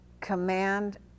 Command